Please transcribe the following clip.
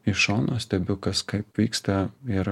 iš šono stebiu kas kaip vyksta ir